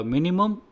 Minimum